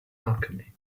alchemy